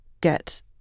get